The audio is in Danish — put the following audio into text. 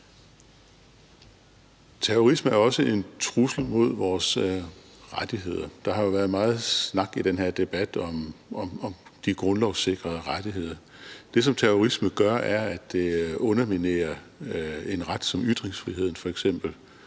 Terrorisme er også en trussel mod vores rettigheder. Der har jo i den her debat været meget snak om de grundlovssikrede rettigheder. Det, som terrorismen gør, er, at den underminerer en ret som f.eks. ytringsfriheden.